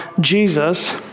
Jesus